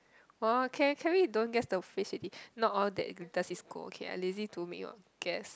!wah! can can we don't guess the face already not all that does is good okay I lazy to make your guess